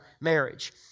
marriage